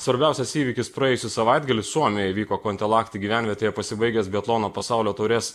svarbiausias įvykis praėjusį savaitgalį suomijoje vyko kontiolahti gyvenvietėje pasibaigęs biatlono pasaulio taurės